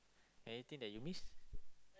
anything that you miss